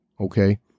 Okay